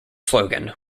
slogan